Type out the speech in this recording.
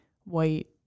white